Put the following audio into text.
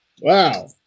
Wow